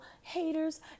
haters